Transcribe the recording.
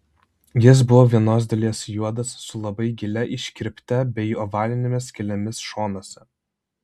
jis buvo vienos dalies juodas su labai gilia iškirpte bei ovalinėmis skylėmis šonuose